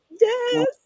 Yes